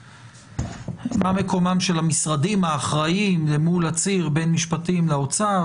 מה מקומם של המשרדים האחראיים למול הציר בין משפטים לאוצר.